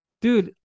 Dude